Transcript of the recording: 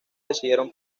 decidieron